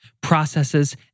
processes